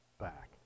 back